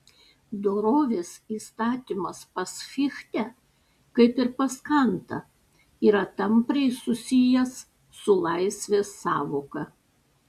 dorovės įstatymas pas fichtę kaip ir pas kantą yra tampriai susijęs su laisvės sąvoka